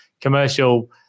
commercial